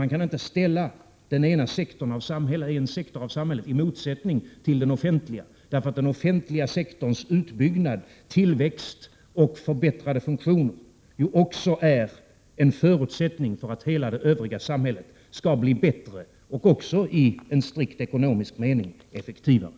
Man kan inte ställa en sektor av samhället i motsättning till den offentliga, därför att den offentliga sektorns utbyggnad, tillväxt och förbättrade funktioner ju också är en förutsättning för att hela det övriga samhället skall bli bättre och också i en strikt ekonomisk mening effektivare.